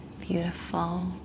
Beautiful